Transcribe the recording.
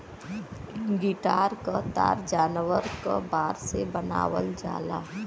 guitar क तार जानवर क बार से बनावल जाला